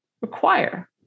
require